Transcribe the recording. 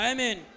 Amen